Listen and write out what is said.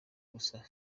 gusa